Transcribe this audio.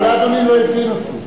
אולי אדוני לא הבין אותי.